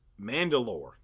Mandalore